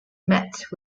met